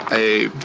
a